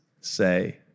say